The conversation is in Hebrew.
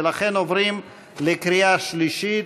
ולכן עוברים לקריאה השלישית,